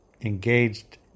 engaged